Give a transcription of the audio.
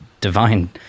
Divine